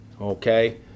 okay